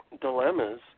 dilemmas